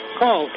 call